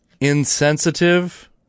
insensitive